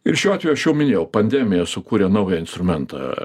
ir šiuo atveju aš jau minėjau pandemija sukūrė naują instrumentą